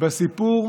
בסיפור